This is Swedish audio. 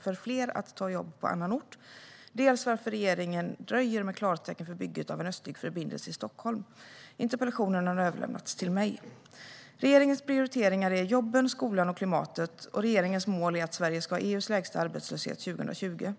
för fler att ta jobb på annan ort, dels varför regeringen dröjer med klartecken för bygget av en östlig förbindelse i Stockholm. Interpellationen har överlämnats till mig. Svar på interpellationer Regeringens prioriteringar är jobben, skolan och klimatet, och regeringens mål är att Sverige ska ha EU:s lägsta arbetslöshet 2020.